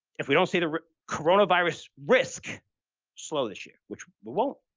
if we don't see the coronavirus risk slow this year, which won't.